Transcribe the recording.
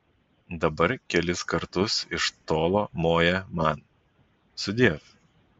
dabar kelis kartus iš tolo moja man sudiev